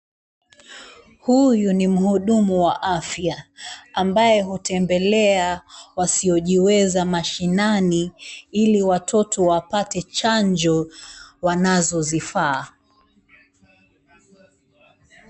Huyu ni mhudumu wa afya ambaye hutembelea wasio jiweza mashinani ili watoto wapate chanjo wanazozifaa.